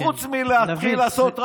וחוץ מלעשות,